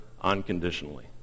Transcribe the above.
unconditionally